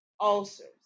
ulcers